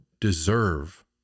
deserve